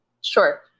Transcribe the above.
Sure